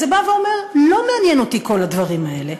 זה בא ואומר: לא מעניין אותי כל הדברים האלה.